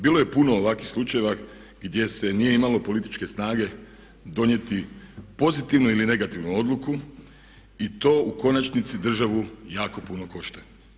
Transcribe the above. Bilo je puno ovakvih slučajeva gdje se nije imalo političke snage donijeti pozitivnu ili negativu odluku i to u konačnici državu jako puno košta.